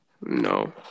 No